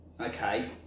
okay